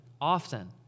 often